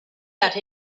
that